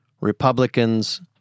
Republicans